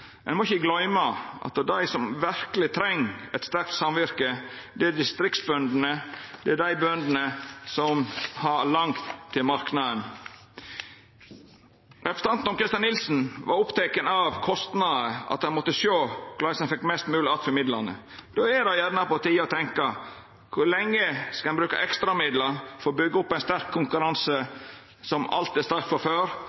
Ein må ikkje gløyma at dei som verkeleg treng eit sterkt samvirke, er distriktsbøndene. Det er dei bøndene som har lang veg til marknaden. Representanten Tom-Christer Nilsen var oppteken av kostnader, av at ein måtte sjå korleis ein fekk mest mogleg att for midlane. Då er det på tide å tenkja på kor lenge ein skal bruka ekstra midlar for å byggja opp ein sterk konkurranse,